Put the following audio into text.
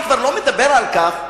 אני כבר לא מדבר על כך,